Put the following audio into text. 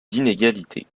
d’inégalité